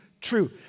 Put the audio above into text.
true